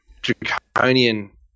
draconian